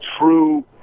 true